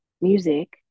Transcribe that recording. music